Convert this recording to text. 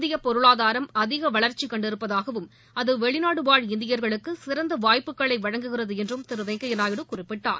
இந்திய பொருளாதாரம் அதிக வளர்ச்சி கண்டிருப்பதாகவும் அது வெளிநாடுவாழ் இந்தியர்களுக்கு சிறந்த வாய்ப்புக்களை வழங்குகிறது என்றும் திரு வெங்கையா நாயுடு குறிப்பிட்டார்